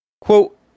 Quote